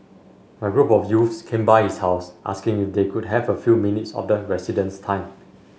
a group of youths came by his house asking if they could have a few minutes of the resident's time